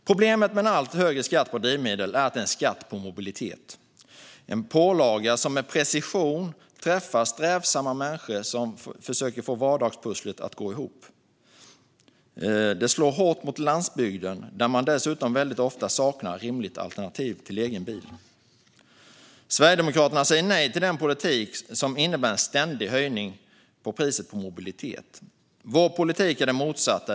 Problemet med en allt högre skatt på drivmedel är att det är en skatt på mobilitet, en pålaga som med precision träffar strävsamma människor som försöker få vardagspusslet att gå ihop. Den slår hårt mot landsbygden där man dessutom väldigt ofta saknar rimligt alternativ till egen bil. Sverigedemokraterna säger nej till den politik som innebär en ständig höjning av priset på mobilitet. Vår politik är den motsatta.